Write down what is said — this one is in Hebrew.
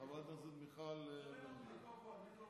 חברת הכנסת מיכל וולדיגר.